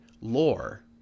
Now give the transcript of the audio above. lore